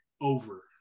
over